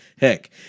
Heck